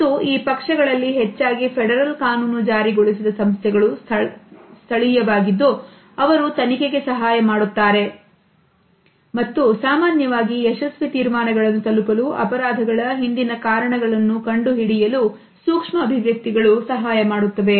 ಮತ್ತು ಈ ಪಕ್ಷಗಳಲ್ಲಿ ಹೆಚ್ಚಾಗಿ ಫೆಡರಲ್ ಕಾನೂನು ಜಾರಿಗೊಳಿಸಿದ ಸಂಸ್ಥೆಗಳು ಸ್ಥಳವಾಗಿದ್ದು ಅವರು ತನಿಖೆಗೆ ಸಹಾಯ ಮಾಡುತ್ತಾರೆ ಮತ್ತು ಸಾಮಾನ್ಯವಾಗಿ ಯಶಸ್ವಿ ತೀರ್ಮಾನಗಳನ್ನು ತಲುಪಲು ಅಪರಾಧಗಳ ಹಿಂದಿನ ಕಾರಣಗಳನ್ನು ಕಂಡು ಹಿಡಿಯಲು ಸೂಕ್ಷ್ಮ ಅಭಿವ್ಯಕ್ತಿಗಳು ಸಹಾಯಮಾಡುತ್ತವೆ